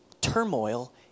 Turmoil